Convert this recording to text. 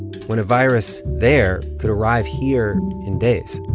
when a virus there could arrive here in days